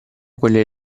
quelle